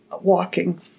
walking